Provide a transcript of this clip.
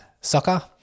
soccer